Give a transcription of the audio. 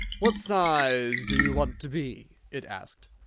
what size do you want to be? it asked.